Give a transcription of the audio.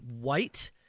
white